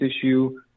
issue